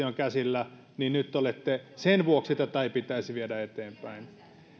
on käsillä niin nyt sen vuoksi tätä ei pitäisi viedä eteenpäin